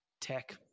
tech